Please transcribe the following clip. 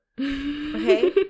okay